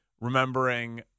remembering